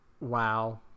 wow